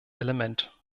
element